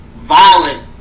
violent